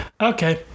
Okay